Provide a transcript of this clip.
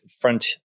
front